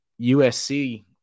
USC